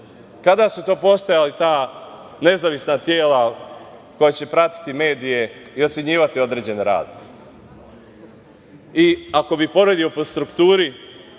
Kada su to postojala ta nezavisna tela koja će pratiti medije i ocenjivati određen rad? Ako bi poredio po strukturi